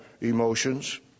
emotions